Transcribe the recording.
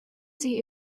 sie